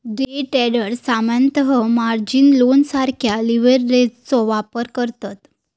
day traders सामान्यतः margin लोनसारख्या लीव्हरेजचो वापर करतत